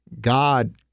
God